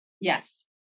Yes